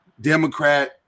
Democrat